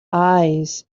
eyes